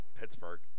Pittsburgh